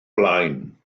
blaen